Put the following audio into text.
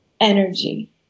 energy